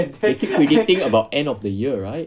they keep predicting about end of the year right ya